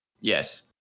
Yes